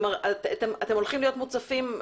אתם הולכים להיות מוצפים.